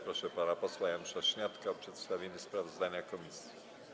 Proszę pana posła Janusza Śniadka o przedstawienie sprawozdania komisji.